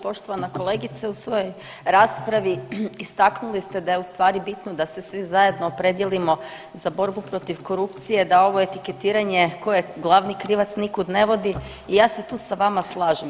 Poštovana kolegice u svojoj raspravi istaknuli ste da je u stvari bitno da se svi zajedno opredijelimo za borbu protiv korupcije, da ovo etiketiranje tko je glavni krivac nikud ne vodi i ja se tu sa vama slažem.